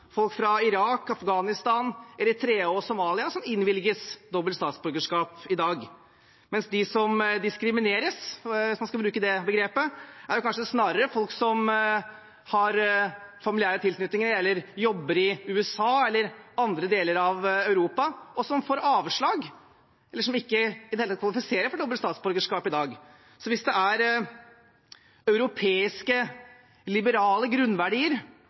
folk fra Irak, Afghanistan, Eritrea og Somalia som innvilges dobbelt statsborgerskap i dag, mens de som diskrimineres – hvis man skal bruke det begrepet – kanskje snarere er folk som har familiære tilknytninger, eller som jobber i USA eller andre deler av Europa, og som får avslag, eller som ikke kvalifiserer for dobbelt statsborgerskap i dag i det hele tatt. Hvis det er europeiske, liberale grunnverdier